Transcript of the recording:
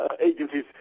agencies